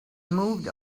moved